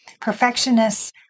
Perfectionists